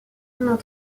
renault